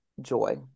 joy